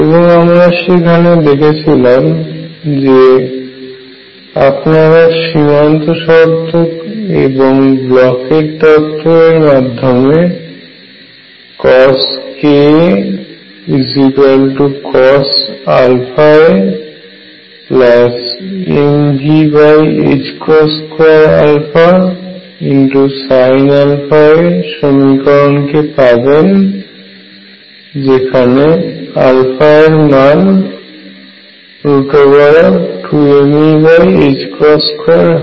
এবং আমরা সেখানে দেখিয়েছিলাম যে সীমান্ত শর্ত এবং ব্লকের তত্ত্বBlochs theorem এর মাধ্যমে CoskaCosαamV2Sinαa সমীকরণ কে পাওয়া যাবে যেখানে এর মান √2mE2 হয়